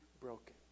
broken